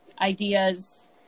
ideas